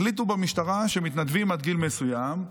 החליטו במשטרה שמתנדבים עד גיל מסוים,